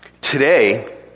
Today